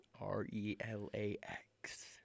R-E-L-A-X